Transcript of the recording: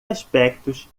aspectos